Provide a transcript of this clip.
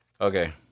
Okay